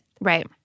Right